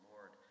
Lord